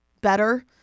better